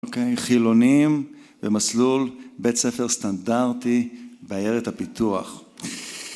חילונים ומסלול בית ספר סטנדרטי בעיירת הפיתוח